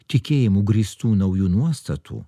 tikėjimu grįstų naujų nuostatų